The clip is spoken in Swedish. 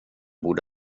borde